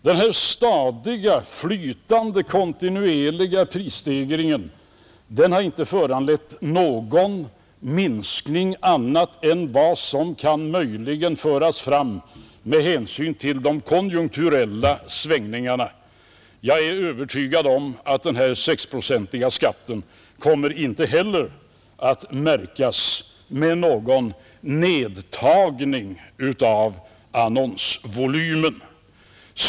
Denna stadigt flytande, kontinuerliga prisstegring har inte föranlett någon minskning annat än vad som möjligen kan föras fram med hänsyn till de konjunkturella svängningarna, Jag är övertygad om att denna sexprocentiga skatt inte heller kommer att märkas med någon nedtagning av annonsvolymen.